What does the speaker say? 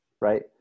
right